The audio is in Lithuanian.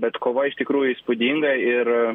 bet kova iš tikrųjų įspūdinga ir